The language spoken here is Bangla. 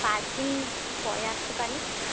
পাঁচ দিন পরে আসতে পারি